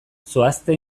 zoazte